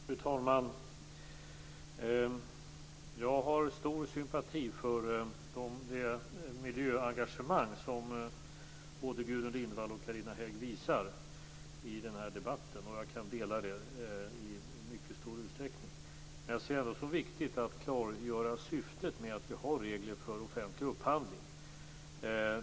Fru talman! Jag har stor sympati för det miljöengagemang som både Gudrun Lindvall och Carina Hägg visar i den här debatten och kan i mycket stor utsträckning dela det. Men jag ser det ändå som viktigt att klargöra syftet med att vi har regler för offentlig upphandling.